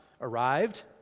arrived